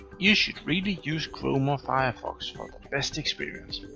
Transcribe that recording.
you should really use chrome or firefox for the best experience.